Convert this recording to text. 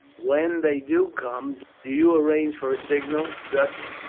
when they do come, do you arrange for a signal, such,